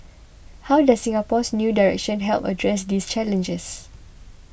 how does Singapore's new direction help address these challenges